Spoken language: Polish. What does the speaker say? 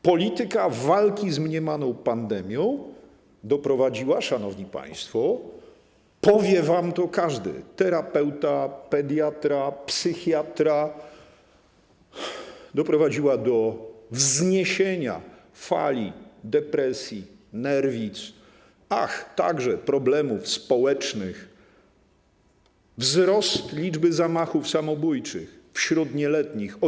Polityka walki z mniemaną pandemią doprowadziła, szanowni państwo, powie wam to każdy terapeuta, pediatra, psychiatra, do wzniesienia fali depresji, nerwic, ach, także problemów społecznych - wzrost liczby zamachów samobójczych wśród nieletnich o 1/3.